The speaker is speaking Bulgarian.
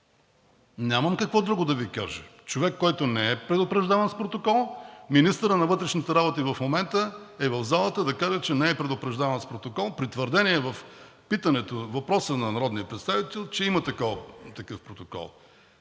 Нямам какво друго да Ви кажа! Човек, който не е предупреждаван с протокол, министърът на вътрешните работи в момента е в залата, за да каже, че не е предупреждаван с протокол при твърдение във въпроса на народния представител, че има такъв протокол.